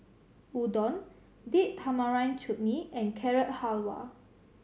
Udon Date Tamarind Chutney and Carrot Halwa